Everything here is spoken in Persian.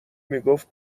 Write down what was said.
میگفت